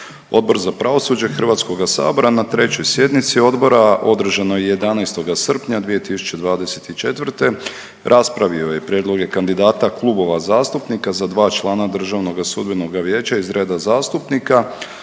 Odbor za pravosuđe HS-a na 3. sjednici odbora održanoj 11. srpnja 2024. raspravio je prijedloge kandidata klubova zastupnika za dva člana DSV-a iz reda zastupnika